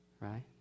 Right